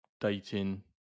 dating